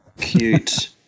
Cute